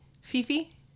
Fifi